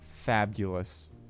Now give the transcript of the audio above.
fabulous